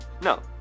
no